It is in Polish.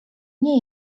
nie